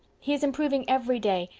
he is improving every day.